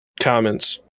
comments